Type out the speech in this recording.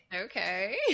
Okay